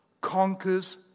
conquers